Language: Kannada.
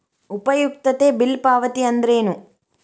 ಉಪಯುಕ್ತತೆ ಬಿಲ್ ಪಾವತಿ ಅಂದ್ರೇನು?